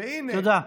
תודה.